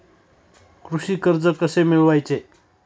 कृषी कर्ज कसे मिळवायचे?